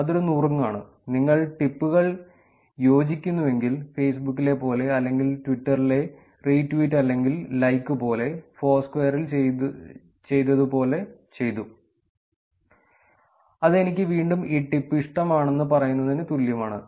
അത് ഒരു നുറുങ്ങാണ് നിങ്ങൾ ടിപ്പുകളിൽ യോജിക്കുന്നുവെങ്കിൽ ഫേസ്ബുക്കിലെ പോലെ അല്ലെങ്കിൽ ട്വിറ്ററിലെ റീ ട്വീറ്റ് അല്ലെങ്കിൽ ലൈക്ക് പോലെ ഫോർസ്ക്വയറിൽ ചെയ്തതുപോലെ ചെയ്തു അത് എനിക്ക് വീണ്ടും ഈ ടിപ്പ് ഇഷ്ടമാണെന്ന് പറയുന്നതിന് തുല്യമാണ്